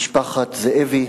משפחת זאבי,